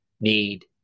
need